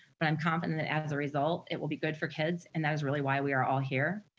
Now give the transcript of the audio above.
but i'm confident that as a result, it will be good for kids, and that is really why we are all here.